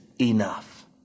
enough